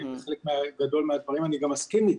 בחלק גדול מהדברים אני גם מסכים איתה,